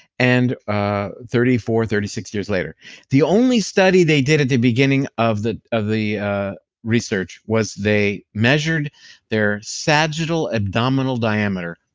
and ah thirty four, thirty six years later the only study they did at the beginning of the of the ah research was they measured their sagittal abdominal diameter.